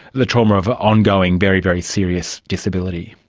the trauma of ah ongoing very, very serious disability.